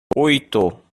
oito